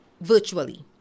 virtually